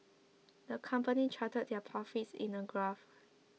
the company charted their profits in a graph